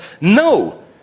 no